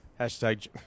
Hashtag